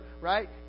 right